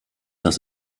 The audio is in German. das